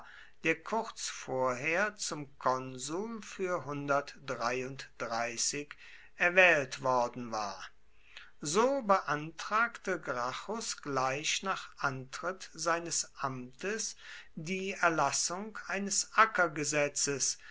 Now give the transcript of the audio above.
der kurz vorher zum konsul für erwählt worden war so beantragte gracchus gleich nach antritt seines amtes die erlassung eines